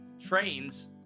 trains